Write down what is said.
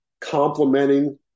complementing